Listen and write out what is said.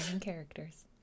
characters